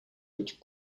which